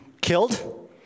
killed